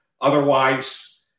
Otherwise